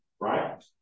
right